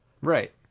Right